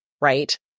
right